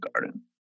Garden